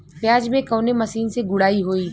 प्याज में कवने मशीन से गुड़ाई होई?